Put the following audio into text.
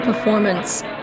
performance